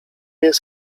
jest